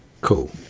cool